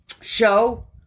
show